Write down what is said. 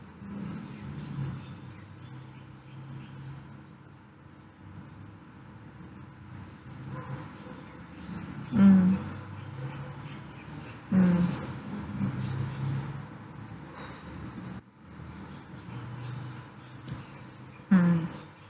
mm mm mm